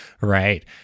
right